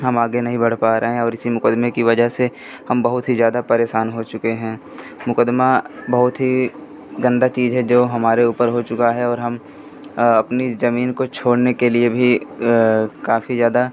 हम आगे नहीं बढ़ पा रहे हैं और इसी मुक़दमे की वजह से हम बहुत ही ज़्यादा परेशान हो चुके हैं मुक़दमे बहुत ही गंदी चीज़ है जो हमारे ऊपर हो चुका है और हम अपनी ज़मीन को छोड़ने के लिए भी काफ़ी ज़्यादा